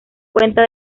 cuenta